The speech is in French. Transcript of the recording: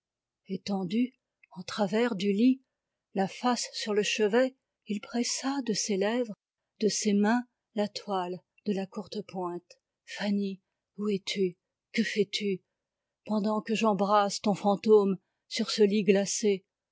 étendu en travers du lit la face sur le chevet il pressa de ses lèvres de ses mains la toile de la courtepointe fanny où es-tu que fais-tu pendant que j'embrasse ton fantôme sur ce lit glacé